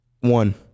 One